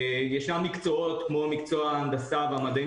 יש מקצועות כמו מקצוע הנדסה והמדעים